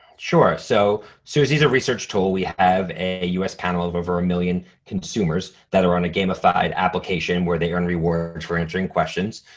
sure, so suzy's a research tool, we have a us panel of over a million consumers that are on a gamified application where they earn rewards for answering questions.